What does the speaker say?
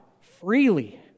freely